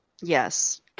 Yes